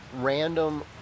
random